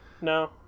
No